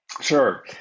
Sure